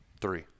Three